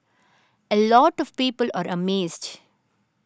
a lot of people are amazed